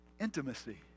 intimacy